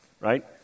right